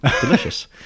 delicious